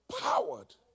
powered